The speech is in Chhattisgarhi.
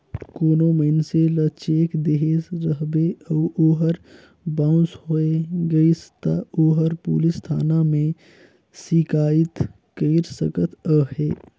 कोनो मइनसे ल चेक देहे रहबे अउ ओहर बाउंस होए गइस ता ओहर पुलिस थाना में सिकाइत कइर सकत अहे